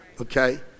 okay